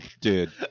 dude